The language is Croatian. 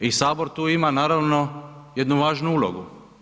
I Sabor tu ima naravno jednu važnu ulogu.